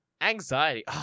Anxiety